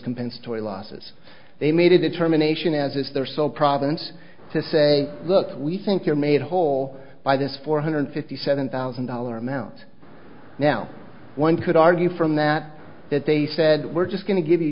compensatory losses they made a determination as is their sole province to say look we think you're made whole by this four hundred fifty seven thousand dollar amount now one could argue from that that they said we're just going to give you